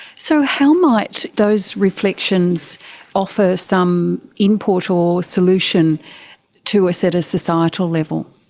so how might those reflections offer some input or solution to us at a societal level?